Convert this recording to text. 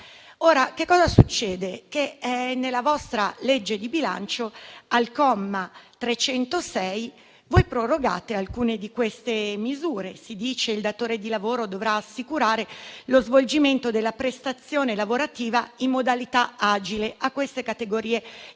preventive. Succede ora che nella vostra legge di bilancio, al comma 306, prorogate alcune di queste misure. Si dice che il datore di lavoro dovrà assicurare lo svolgimento della prestazione lavorativa in modalità agile alle categorie di lavoratori